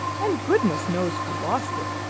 and goodness knows who lost it.